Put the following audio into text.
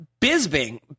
Bisbing